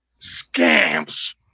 scams